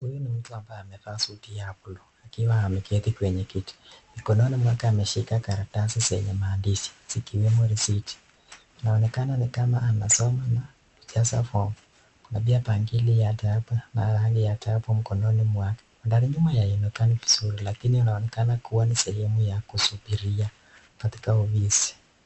Huyu ni mtu ambaye amevaa suti ya buluu akiwa ameketi kwenye kiti, mikononi mwake ameshika karatasi zenye maandishi zikiwemo risiti inaonekana nikama anasoma na kujaza fomu. Kuna pia bangili ya rangi ya dhahabu mkononi mwake ,ndani nyuma haionekani vizuri lakini inaonekana kuwa ni sehemu ya kusubiria ndani ya ofisi.